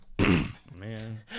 Man